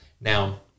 Now